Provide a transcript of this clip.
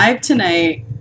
tonight